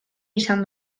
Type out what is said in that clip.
izan